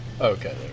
Okay